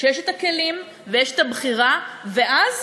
שיש את הכלים ויש את הבחירה, ואז